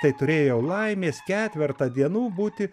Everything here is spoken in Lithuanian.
tai turėjau laimės ketvertą dienų būti